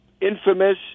infamous